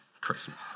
Christmas